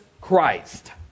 Christ